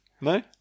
No